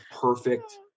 perfect